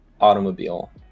automobile